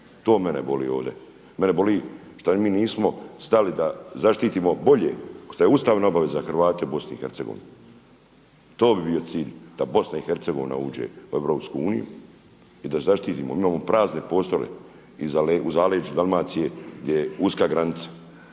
To mene boli ovdje, mene boli šta mi nismo stali da zaštitimo bolje što je ustavna obaveza Hrvate u Bosni i Hercegovini, to bi bio cilj da Bosna i Hercegovina uđe u Europsku uniju i da zaštitimo. Imamo prazne prostore u zaleđu Dalmacije gdje je uska granica,